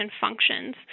functions